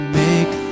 make